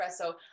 espresso